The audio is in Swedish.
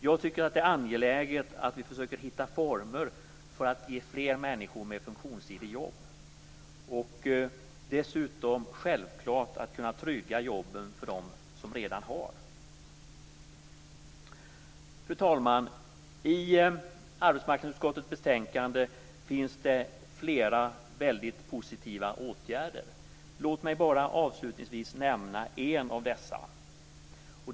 Jag tycker att det är angeläget att vi försöker hitta former för att ge fler människor med funktionshinder jobb, och det är dessutom självklart att vi tryggar jobben för dem som redan har jobb. Fru talman! I arbetsmarknadsutskottets betänkande beskrivs flera väldigt positiva åtgärder. Låt mig bara avslutningsvis nämna en av dessa.